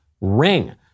Ring